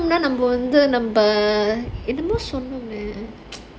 நம்ம வந்து நம்ம ஏதோ சொன்னோமே:namma vandhu nama edho sonnomae